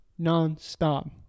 nonstop